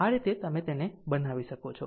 આ રીતે તમે તેને બનાવી શકો છો